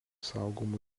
saugomų